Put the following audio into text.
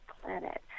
planet